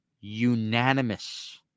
unanimous